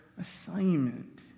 assignment